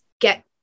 get